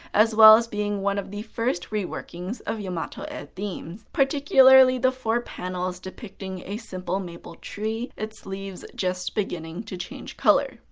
as well as being one of the first reworkings of yamato-e themes, particularly the four panels depicting a simple maple tree, its leaves just beginning to change color.